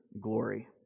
glory